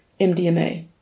MDMA